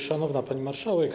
Szanowna Pani Marszałek!